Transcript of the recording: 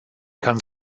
kann